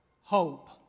hope